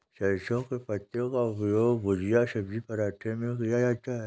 सरसों के पत्ते का उपयोग भुजिया सब्जी पराठे में किया जाता है